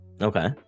Okay